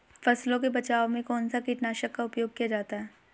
फसलों के बचाव में कौनसा कीटनाशक का उपयोग किया जाता है?